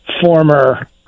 former